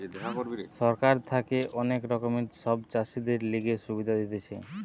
সরকার থাকে অনেক রকমের সব চাষীদের লিগে সুবিধা দিতেছে